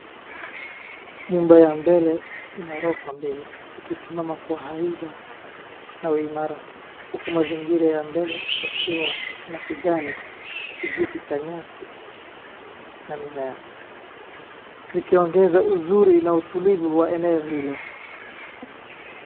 Nyumba ya mbele ina ghorofa mbili, ikisimama kwa haiba na uimara, huku mazingira ya mbele ykiwa na kijani kimbichi cha nyasi na mimea, likiongeza uzuri na utulivu wa eneo hilo.